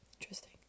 Interesting